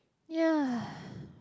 ya